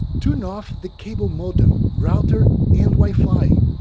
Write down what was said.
turn off the cable modem, router and wifi.